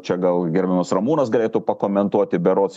čia gal gerbiamas ramūnas galėtų pakomentuoti berods